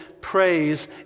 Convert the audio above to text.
praise